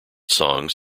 songs